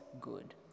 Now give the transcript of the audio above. good